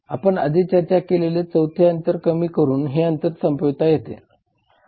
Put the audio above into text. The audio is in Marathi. आपण आधी चर्चा केलेले 4 थे अंतर कमी करून हे अंतर संपविता येते